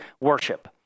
worship